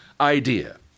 idea